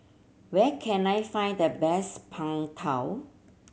where can I find the best Png Tao